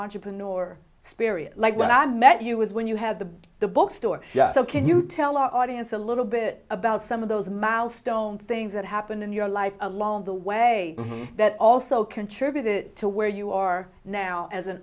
entrepreneur spirit like when i met you was when you had to the bookstore so can you tell all it's a little bit about some of those milestone things that happened in your life along the way that also contributed to where you are now as an